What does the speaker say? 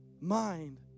Mind